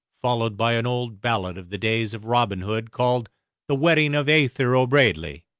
followed by an old ballad of the days of robin hood called the wedding of aythur o'braidley,